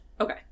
Okay